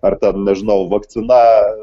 ar ten nežinau vakcina